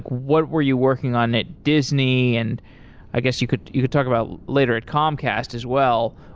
what were you working on at disney? and i guess, you could you could talk about later at comcast as well.